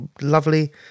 lovely